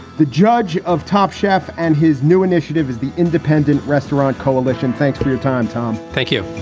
the judge of top chef. and his new initiative is the independent restaurant coalition. thanks for your time, tom. thank you